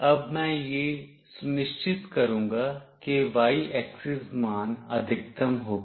अब मैं यह सुनिश्चित करूँगा कि y axis मान अधिकतम होगा